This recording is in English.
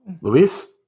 Luis